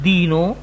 Dino